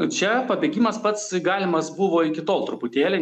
čia pabėgimas pats galimas buvo iki tol truputėlį